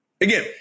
Again